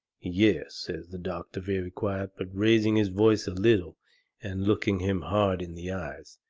yes, says the doctor, very quiet, but raising his voice a little and looking him hard in the eyes.